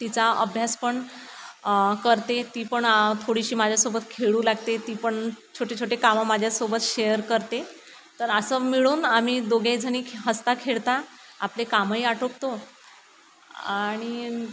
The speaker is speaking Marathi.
तिचा अभ्यास पण करते ती पण थोडीशी माझ्यासोबत खेळू लागते ती पण छोटे छोटे कामं माझ्यासोबत शेअर करते तर असं मिळून आम्ही दोघेजणी हसता खेळता आपले कामंही आटोपतो आणि